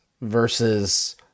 versus